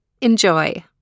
Enjoy